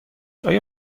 آیا